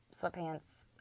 sweatpants